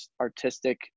artistic